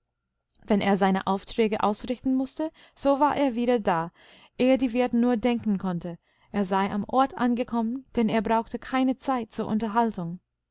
wenn er seine aufträge ausrichten mußte so war er wieder da ehe die wirtin nur denken konnte er sei am ort angekommen denn er brauchte keine zeit zur unterhaltung